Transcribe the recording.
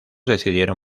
decidieron